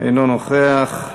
אינו נוכח.